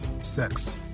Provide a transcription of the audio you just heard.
sex